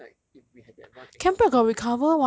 I just feel like if we had that one extra month right